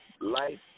life